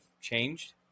changed